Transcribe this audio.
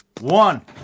one